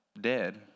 dead